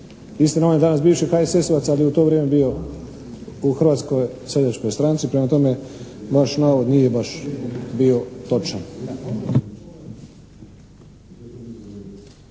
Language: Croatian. Istina on je danas bivši HSS-ovac, ali je u to vrijeme bio u Hrvatskoj seljačkoj stranci. Prema tome vaš navod nije baš bio točan.